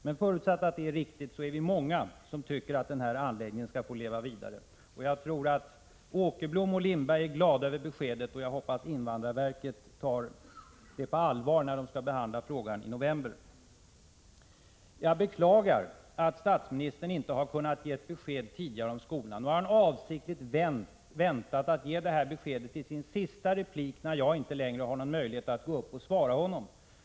Men förutsatt att min skildring är riktig, så är vi många som tycker att anläggningen skall få leva vidare. Jag tror att Åkerblom och Lindberg är glada över beskedet, och jag hoppas att invandrarverket tar beskedet på allvar, när verket skall behandla frågan i november. Jag beklagar att statsministern inte tidigare har kunnat ge ett besked om skolorna och att han avsiktligt har väntat med att ge besked till sin sista replik, när jag inte längre har någon möjlighet att gå upp och replikera.